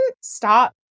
stop